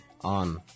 on